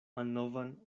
malnovan